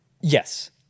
Yes